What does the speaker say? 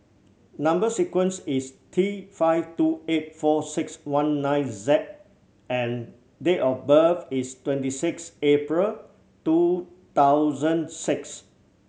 number sequence is T five two eight four six one nine Z and date of birth is twenty six April two thousand six